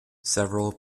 several